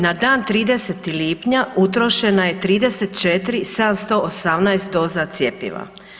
Na dan 30. lipnja utrošena je 34.718 doza cjepiva.